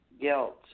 guilt